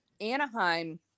Anaheim